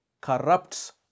corrupts